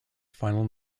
final